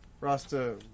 Rasta